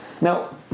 Now